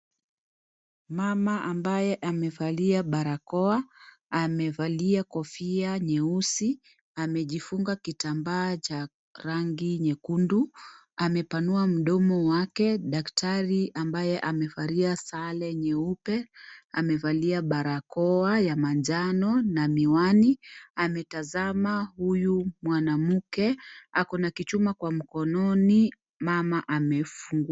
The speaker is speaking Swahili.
Mama ambaye amevalia barakoa amevalia kofia nyeusi na amejifunga kitambaa cha rangi nyekundu amepanua mdomo wake daktari ambaye amevalia sare nyeupe amevalia barakoa ya manjano na miwani anatazama huyu mwanamke ako na kichuma mkononi mama amefungua.